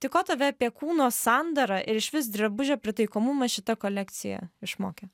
tai ko tave apie kūno sandarą ir išvis drabužio pritaikomumas šita kolekcija išmokė